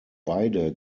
beide